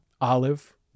olive